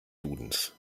dudens